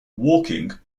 walking